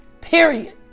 period